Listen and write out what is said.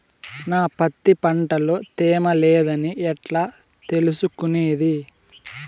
నా పత్తి పంట లో తేమ లేదని ఎట్లా తెలుసుకునేది?